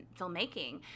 filmmaking